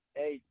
hey